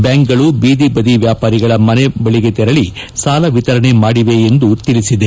ಬ್ಲಾಂಕ್ಗಳು ಬೀದಿಬದಿ ವ್ಲಾಪಾರಿಗಳ ಮನೆ ಬಳಿಗೆ ತೆರಳಿ ಸಾಲ ವಿತರಣೆ ಮಾಡಿವೆ ಎಂದು ತಿಳಿಸಿದೆ